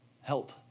help